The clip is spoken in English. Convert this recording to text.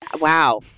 wow